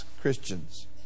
christians